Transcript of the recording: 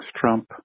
Trump